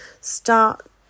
Start